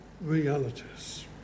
realities